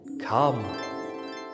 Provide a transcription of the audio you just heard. Come